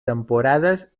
temporades